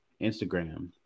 Instagram